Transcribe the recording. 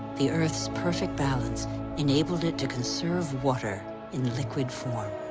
the earth's perfect balance enabled it to conserve water in liquid form.